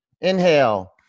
Inhale